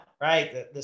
right